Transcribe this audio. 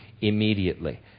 immediately